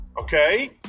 okay